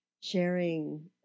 sharing